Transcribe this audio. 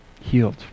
healed